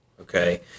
okay